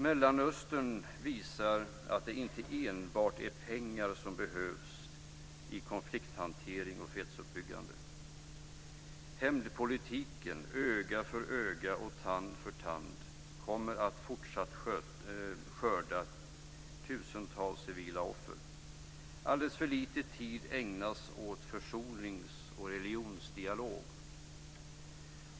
Mellanösternkonflikten visar att det inte enbart är pengar som behövs i konflikthantering och fredsuppbyggande. Hämndpolitiken - öga för öga, tand för tand - kommer att fortsatt skörda tusentals civila offer. Alldeles för lite tid ägnas åt försonings och religionsdialog.